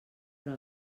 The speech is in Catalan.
però